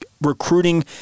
recruiting